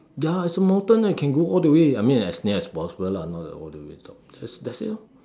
ya it's a mountain lah can go all the way I mean as near as possible lah not like all the way to the top but that's it lah